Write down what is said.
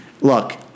look